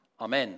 Amen